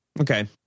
Okay